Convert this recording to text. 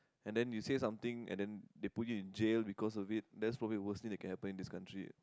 and then you say something and then they put you in jail because of it that's probably the worst thing that can happen in this country